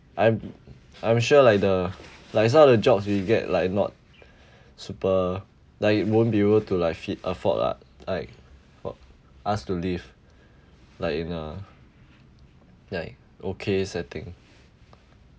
I'm I'm sure like the like some of the jobs you get like not super like you won't be able to like feed afford lah like for us to live like you know like okay setting